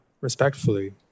respectfully